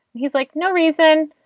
he's like, no reason.